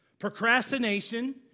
Procrastination